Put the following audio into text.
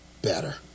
better